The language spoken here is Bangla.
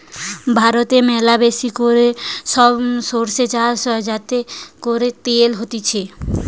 ভারতে ম্যালাবেশি করে সরষে চাষ হয় যাতে করে তেল হতিছে